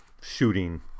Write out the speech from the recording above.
shooting